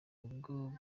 ubwo